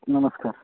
नमस्कार